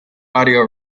audio